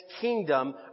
kingdom